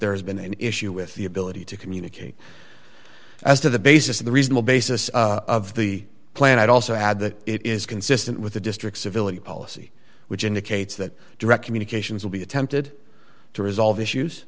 there has been an issue with the ability to communicate as to the basis of the reasonable basis of the plan i'd also add that it is consistent with the district's civility policy which indicates that direct communications will be attempted to resolve issues